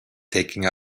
taking